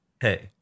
hey